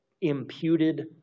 Imputed